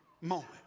moment